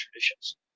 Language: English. traditions